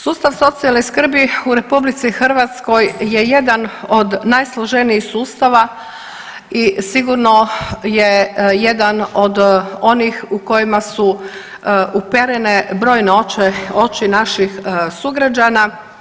Sustav socijalne skrbi u RH je jedan od najsloženijih sustava i sigurno je jedan od onih u kojima su uperene brojne oči naših sugrađana.